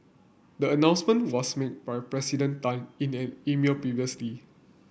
the announcement was made by President Tan in an email previously